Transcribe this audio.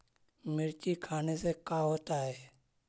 मिर्ची खाने से का होता है?